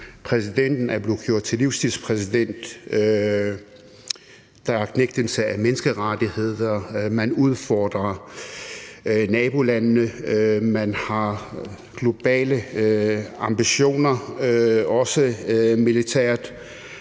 Præsidenten er blevet gjort til livstidspræsident, der er knægtelse af menneskerettigheder, man udfordrer nabolandene, man har globale ambitioner, også militært,